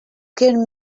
can